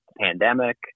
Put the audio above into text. pandemic